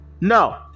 No